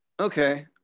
okay